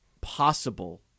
possible